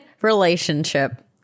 relationship